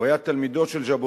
הוא היה תלמידו של ז'בוטינסקי,